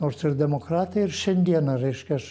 nors ir demokratai ir šiandieną reiškia aš